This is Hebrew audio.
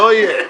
לא יהיה.